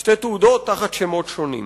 שתי תעודות בשמות שונים.